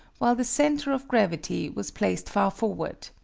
while the center of gravity was placed far forward.